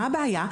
מהי הבעיה?